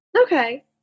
Okay